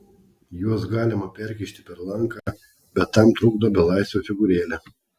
juos galima perkišti per lanką bet tam trukdo belaisvio figūrėlė